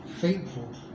faithful